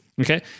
okay